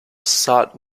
sought